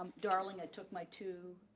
um darling. i took my two